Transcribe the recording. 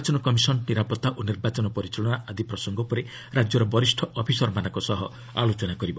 ନିର୍ବାଚନ କମିଶନ ନିରାପତ୍ତା ଓ ନିର୍ବାଚନ ପରିଚାଳନା ଆଦି ପ୍ସଙ୍ଗ ଉପରେ ରାଜ୍ୟର ବରିଷ୍ଣ ଅଫିସରମାନଙ୍କ ସହ ଆଲୋଚନା କରିବ